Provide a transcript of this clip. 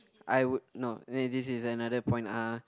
I would no I mean this is another point ah